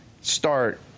start